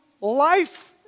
life